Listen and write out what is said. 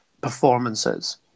performances